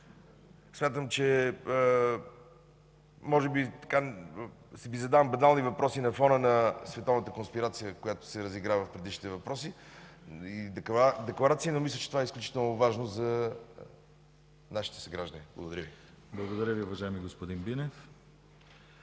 Смятам, че може би Ви задавам банални въпроси на фона на световната конспирация, която се разигра в предишните въпроси и декларации, но мисля, че това е изключително важно за нашите съграждани. Благодаря Ви. ПРЕДСЕДАТЕЛ ДИМИТЪР ГЛАВЧЕВ: Благодаря Ви, уважаеми господин Бинев.